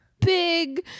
big